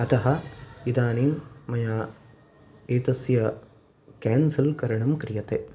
अतः इदानीं मया एतस्य केन्सल् करणं क्रियते